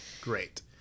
Great